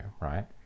right